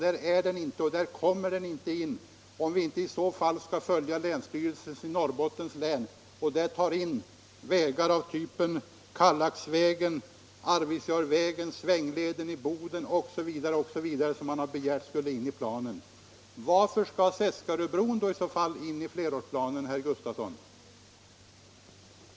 Där är den inte nu, och där kommer den inte in, om vi inte skall följa länsstyrelsen i Norrbottens län och där ta in vägar av typen Kallaxvägen, Arvidsjaurvägen, Svängleden i Boden osv., som man har begärt skulle komma in i planen. Varför skall Seskaröbron i så fall in i flerårsplanen, herr Gustafson?